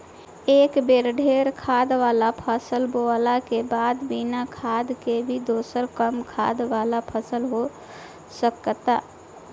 एक बेर ढेर खाद वाला फसल बोअला के बाद बिना खाद के भी दोसर कम खाद वाला फसल हो सकताटे